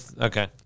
Okay